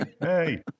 hey